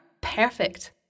perfect